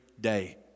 day